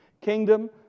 kingdom